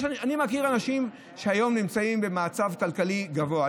אני מכיר אנשים שהיום נמצאים במצב כלכלי גבוה.